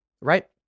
right